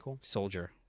soldier